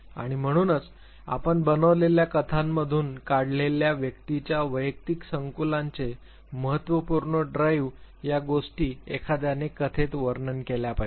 आणि म्हणूनच आपण बनवलेल्या कथांमधून काढलेल्या व्यक्तीच्या वैयक्तिक संकुलांचे महत्त्वपूर्ण ड्राइव्ह या गोष्टी एखाद्याने कथेत वर्णन केल्या पाहिजेत